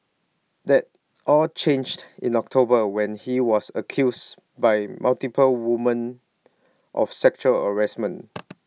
that all changed in October when he was accused by multiple women of sexual harassment